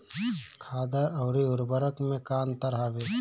खादर अवरी उर्वरक मैं का अंतर हवे?